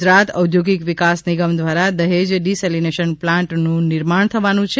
ગુજરાત ઔદ્યોગિક વિકાસ નિગમ દ્વારા દહેજ ડિસેલીનેશન પ્લાન્ટનું નિર્માણ થવાનું છે